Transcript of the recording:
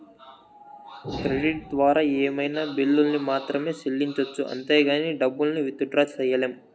credit ద్వారా ఏమైనా బిల్లుల్ని మాత్రమే సెల్లించొచ్చు అంతేగానీ డబ్బుల్ని విత్ డ్రా సెయ్యలేం